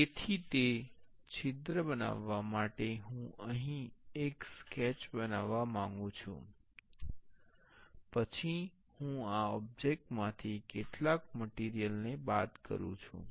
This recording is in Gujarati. તેથી તે છિદ્ર બનાવવા માટે હું અહીં એક સ્કેચ બનાવવા માંગું છું પછી હું આ ઓબ્જેક્ટ માંથી કેટલાક મટીરિયલ ને બાદ કરું છું